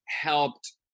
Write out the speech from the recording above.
helped